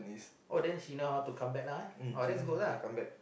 oh then she know how to come back lah that's good lah